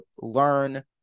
learn